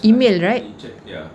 email right